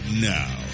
now